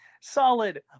solid